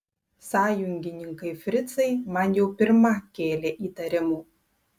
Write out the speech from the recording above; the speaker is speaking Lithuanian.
sąjungininkai fricai man jau pirma kėlė įtarimų